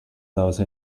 those